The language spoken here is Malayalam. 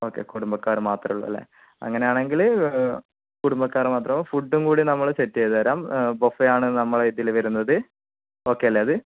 ഓക്കേ കുടുംബക്കാർ മാത്രമെ ഉള്ളൂ അല്ലേ അങ്ങനെയാണെങ്കില് കുടുംബക്കാർ മാത്രവും ഫുഡ് കൂടെ നമ്മൾ സെറ്റ് ചെയ്തു തരാം ബുഫെ നമ്മളുടെ ഇതിൽ വരുന്നത് ഓക്കേ അല്ലെ അത്